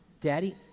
Daddy